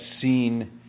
seen